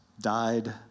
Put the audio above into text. died